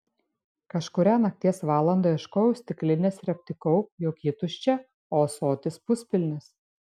kažkurią nakties valandą ieškojau stiklinės ir aptikau jog ji tuščia o ąsotis puspilnis